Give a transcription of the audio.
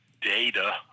data